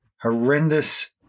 horrendous